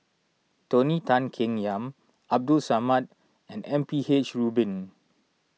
Tony Tan Keng Yam Abdul Samad and M P H Rubin